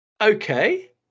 okay